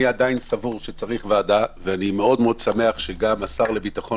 אני עדיין סבור שצריך ועדה ואני מאוד מאוד שמח שגם השר לביטחון